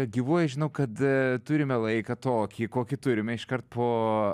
gyvuoji žinau kad turime laiką tokį kokį turime iškart po